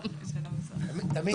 אני הייתי שמח.